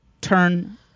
turn